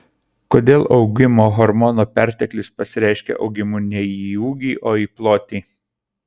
kodėl augimo hormono perteklius pasireiškia augimu ne į ūgį o į plotį